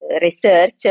research